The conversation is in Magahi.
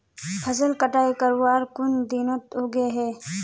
फसल कटाई करवार कुन दिनोत उगैहे?